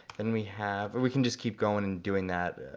and we have or we can just keep going and doing that.